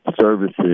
services